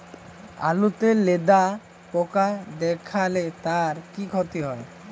আলুতে লেদা পোকা দেখালে তার কি ক্ষতি হয়?